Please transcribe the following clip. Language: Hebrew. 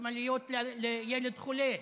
חשמליות לילד חולה,